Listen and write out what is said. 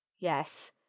Yes